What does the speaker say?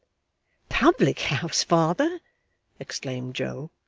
public-house, father exclaimed joe,